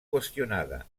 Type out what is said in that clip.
qüestionada